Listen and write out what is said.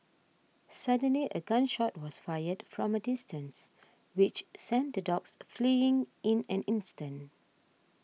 suddenly a gun shot was fired from a distance which sent the dogs fleeing in an instant